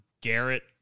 Garrett